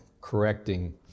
correcting